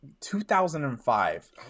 2005